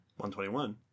121